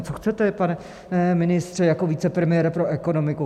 Co chcete, pane ministře, jako vicepremiér pro ekonomiku?